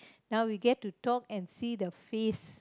now we get to talk and see the face